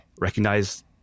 recognize